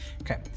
okay